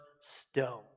stone